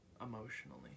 emotionally